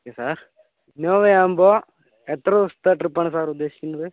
okay sir ഇന്നോവയാവുമ്പോൾ എത്ര ദിവസത്തെ ട്രിപ്പാണ് സർ ഉദ്ദേശിക്കുന്നത്